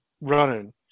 running